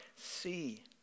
see